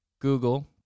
Google